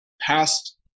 past